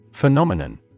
Phenomenon